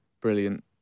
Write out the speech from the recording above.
brilliant